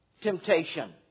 temptation